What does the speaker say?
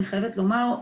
אני חייבת לומר,